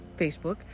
Facebook